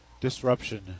disruption